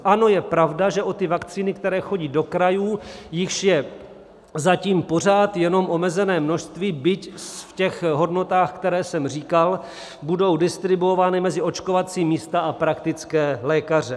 Ano, je pravda, že vakcíny, které chodí do krajů jichž je zatím pořád jenom omezené množství, byť v těch hodnotách, které jsem říkal budou distribuovány mezi očkovací místa a praktické lékaře.